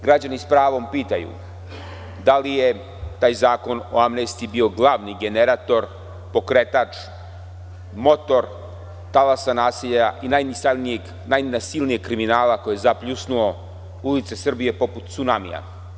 Građani sa pravom pitaju – da li je taj Zakon o amnestiji bio glavni generator, pokretač, motor talasa nasilja i najnasilnijeg kriminala koji je zapljusnuo ulice Srbije poput cunamija?